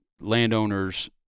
landowner's